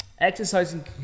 Exercising